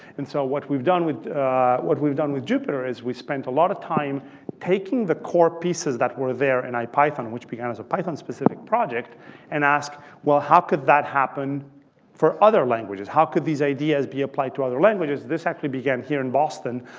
and so what we've done with what we've done with jupyter is we've spent a lot of time taking the core pieces that were there and in ipython, which began so python specific project and ask, well, how could that happen for other languages? how could these ideas be applied to other languages? this actually began here in boston